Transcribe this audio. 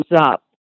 up